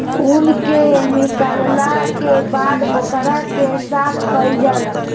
ऊन के निकालला के बाद ओकरा के साफ कईल जाला